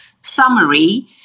summary